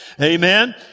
Amen